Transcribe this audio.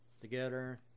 together